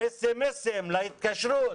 ל-SMS, להתקשרות,